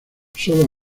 solo